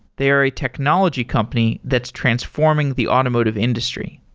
they're a technology company that's transforming the automotive industry.